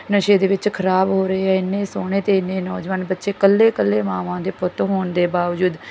ਨਸ਼ੇ ਦੇ ਵਿੱਚ ਖਰਾਬ ਹੋ ਰਹੇ ਆ ਇੰਨੇ ਸੋਹਣੇ ਅਤੇ ਇੰਨੇ ਨੌਜਵਾਨ ਬੱਚੇ ਇਕੱਲੇ ਇਕੱਲੇ ਮਾਵਾਂ ਦੇ ਪੁੱਤ ਹੋਣ ਦੇ ਬਾਵਜੂਦ